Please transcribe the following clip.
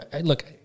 look